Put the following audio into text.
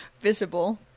visible